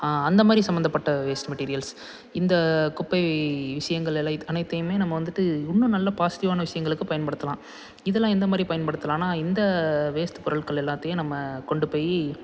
அந்த மாதிரி சம்மந்தப்பட்ட வேஸ்ட் மெட்டீரியல்ஸ் இந்த குப்பை விஷயங்கள் அனைத்தையும் நம்ம வந்துட்டு இன்னும் நல்ல பாசிட்டிவ்வான விஷயங்களுக்கு பயன்படுத்தலாம் இதெலாம் எந்த மாதிரி பயன்படுத்தலானா இந்த வேஸ்ட்டு பொருட்கள் எல்லாத்தையும் நம்ம கொண்டு போய்